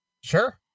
Sure